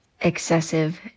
excessive